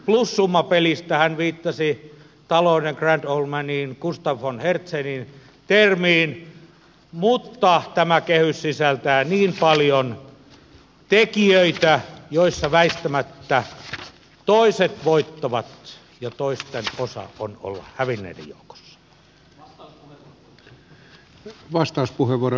hän viittasi talouden grand old manin gustav von hertzenin termiin mutta tämä kehys sisältää paljon tekijöitä joissa väistämättä toiset voittavat ja toisten osa on olla hävinneiden joukossa